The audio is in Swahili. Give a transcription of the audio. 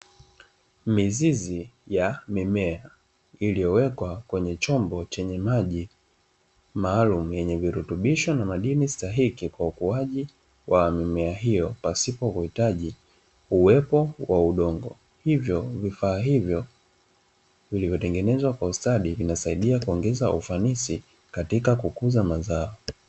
Mizizi ya mimea iliyowekwa kwenye chombo chenye maji maalumu yenye virutubisho na madini stahiki kwa ukuaji wa mimea hiyo pasipo kuhitaji uwepo wa udongo, hivyo vifaa hivyo vilivyotengenezwa kwa ustadi vinasaidia kuongeza ufanisi katika kukuza mazao.